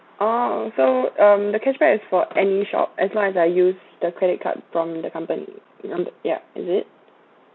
oh uh so um the cashback is for any shop as long as I use the credit card from the company um yeah is it